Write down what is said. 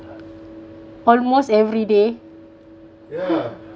almost every day